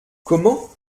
comment